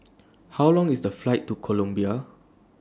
How Long IS The Flight to Colombia